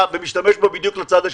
ומשתמש בו בדיוק לצד השני.